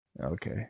Okay